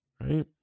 Right